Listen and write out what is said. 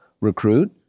recruit